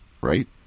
right